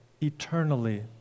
eternally